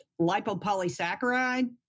lipopolysaccharide